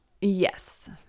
yes